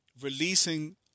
releasing